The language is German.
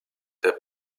der